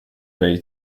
dig